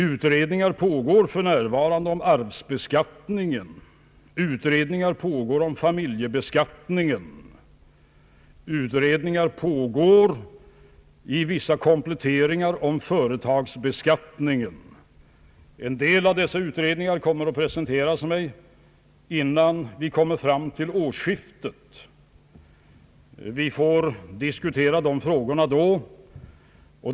För närvarande pågår utredningar om arvsbeskattningen, om familjebeskattningen och om vissa kompletteringar i fråga om företagsbeskattningen. En del av dessa utredningar kommer att presenteras mig innan vi kommer fram till årsskiftet, och vi får diskutera de frågorna då.